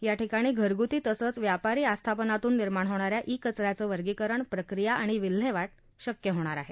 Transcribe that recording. या ठिकाणी घरगुती तसंच व्यापारी आस्थापनांतून निर्माण होणाऱ्या इ कचऱ्याचं वर्गीकरण प्रक्रिया आणि विल्हेवाट शक्य होणार आहे